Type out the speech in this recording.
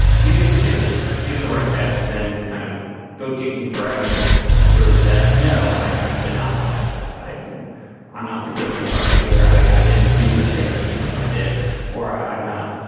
if you get sued you have the right to then kind of go digging for evidence to prove that. no i am actually not liable. i'm i'm not the guilty party here. i didn't do this thing that you claim i did or i'm not.